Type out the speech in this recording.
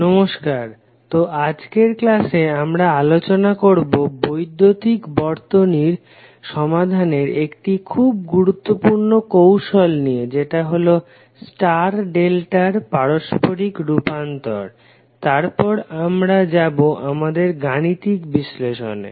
নমস্কার তো আজকের ক্লাসে আমরা আলোচনা করবো বৈদ্যুতিক বর্তনীর সমাধানের একটি খুব গুরুত্বপূর্ণ কৌশল নিয়ে যেটা হলো স্টার ডেল্টা এর পারস্পরিক রূপান্তর তারপর আমরা যাবো আমাদের গাণিতিক বিশ্লেষণে